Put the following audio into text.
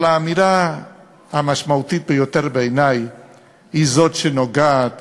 אבל האמירה המשמעותית ביותר בעיני היא זאת שנוגעת